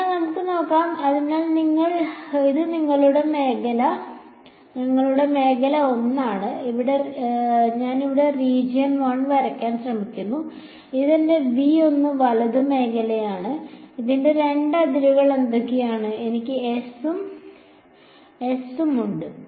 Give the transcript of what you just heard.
അതിനാൽ നമുക്ക് നോക്കാം അതിനാൽ ഇത് ഞങ്ങളുടെ മേഖല 1 ആണ് ഞാൻ ഇവിടെ റീജിയൻ 1 വരയ്ക്കാൻ ശ്രമിക്കുന്നു ഇത് എന്റെ v 1 വലത് മേഖല 1 ആണ് ഇതിന്റെ രണ്ട് അതിരുകൾ എന്തൊക്കെയാണ് എനിക്ക് S ഉം ഉണ്ട്